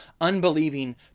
unbelieving